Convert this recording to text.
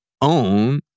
own